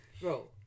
bro